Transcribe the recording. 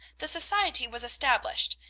the society was established,